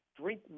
Drink